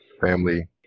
family